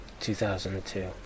2002